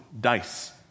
dice